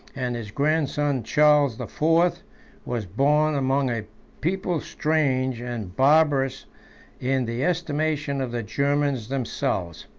and his grandson charles the fourth was born among a people strange and barbarous in the estimation of the germans themselves.